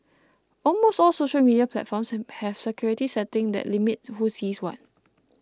almost all social media platforms have security settings that limit who sees what